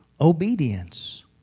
obedience